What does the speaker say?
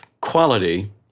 quality